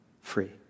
free